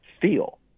feel